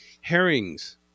Herrings